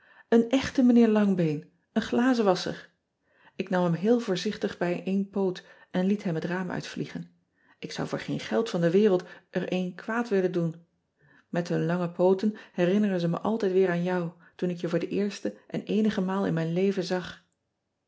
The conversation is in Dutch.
en echte ijnheer angbeen een glazenwasscher k nam hem heel voorzichtig bij een poot en liet hem het raam uitvliegen k zou voor geen geld van de wereld er een kwaad willen doen et hun lange pooten herinneren ze me altijd weer aan jou toen ik je voor de eerste en eenige maal in mijn leven zag